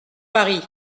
paris